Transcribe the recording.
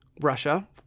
Russia